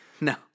No